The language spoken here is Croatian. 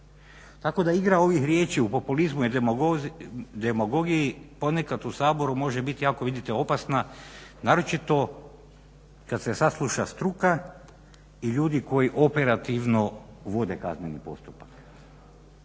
Tako da igra ovih riječi o populizmu i demagogiji ponekad u Saboru može biti jako vidite opasna, naročito kad se sasluša struka i ljudi koji operativno vode kazneni postupak.